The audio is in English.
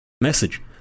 Message